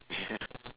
yeah